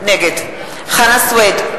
נגד חנא סוייד,